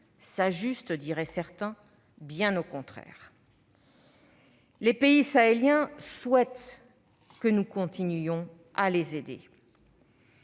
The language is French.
s'ajustent, diraient certains -, bien au contraire. Les pays sahéliens souhaitent que nous continuions à les aider